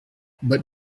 but